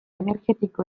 energetiko